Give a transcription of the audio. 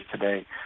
today